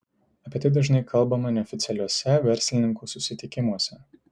apie tai dažnai kalbama neoficialiuose verslininkų susitikimuose